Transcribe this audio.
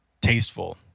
tasteful